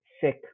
sick